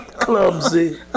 Clumsy